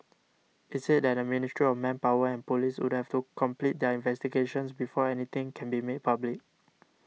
it's said that the Ministry of Manpower and police would have to complete their investigations before anything can be made public